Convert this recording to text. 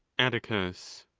atticus.